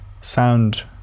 sound